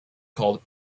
called